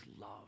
love